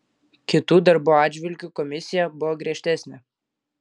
kitų darbų atžvilgiu komisija buvo griežtesnė